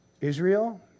Israel